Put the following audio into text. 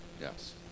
Yes